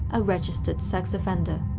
a registered sex offender.